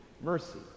mercy